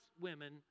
women